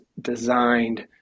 designed